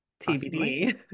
tbd